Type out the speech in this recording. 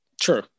True